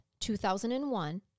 2001